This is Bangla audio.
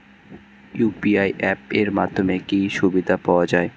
ইউ.পি.আই অ্যাপ এর মাধ্যমে কি কি সুবিধা পাওয়া যায়?